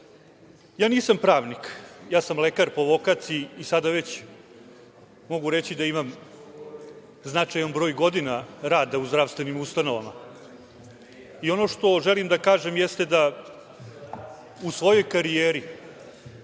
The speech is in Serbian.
nisam pravnik, ja sam lekar po vokaciji i sada već mogu reći da imam značajan broj godina rada u zdravstvenim ustanovama i ono što želim da kažem jeste da u svojoj karijeri